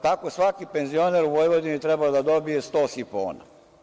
Tako svaki penzioner u Vojvodini bi trebao da dobije 100 sifona.